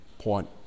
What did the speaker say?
point